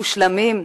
מושלמים,